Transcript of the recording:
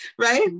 right